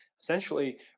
Essentially